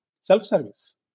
self-service